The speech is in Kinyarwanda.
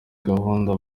gahunda